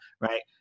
Right